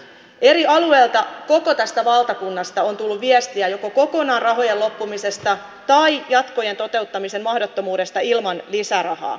eri alueilta koko tästä valtakunnasta on tullut viestiä joko rahojen loppumisesta kokonaan tai jatkojen toteuttamisen mahdottomuudesta ilman lisärahaa